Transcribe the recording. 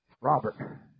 Robert